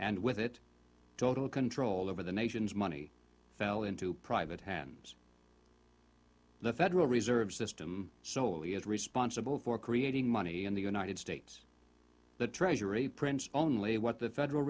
and with it total control over the nation's money fell into private hands the federal reserve system solely is responsible for creating money in the united states the treasury prints only what the federal